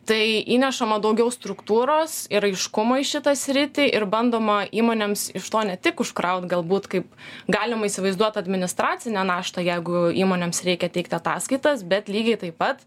tai įnešama daugiau struktūros ir aiškumo į šitą sritį ir bandoma įmonėms iš to ne tik užkraut galbūt kaip galima įsivaizduot administracinę naštą jeigu įmonėms reikia teikti ataskaitas bet lygiai taip pat